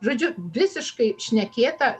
žodžiu visiškai šnekėta